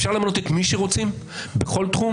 אפשר למנות את מי שרוצים, בכל תחום?